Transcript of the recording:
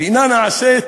ואינה נעשית